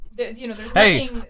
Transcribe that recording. Hey